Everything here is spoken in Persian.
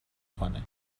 کنه